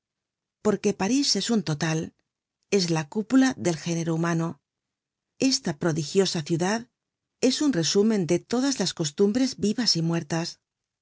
porque parís es un total es la cúpula del género humano esta prodigiosa ciudad es un resumen de todas las costumbres vivas y muertas